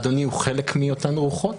אדוני הוא חלק מאותן רוחות